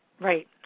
right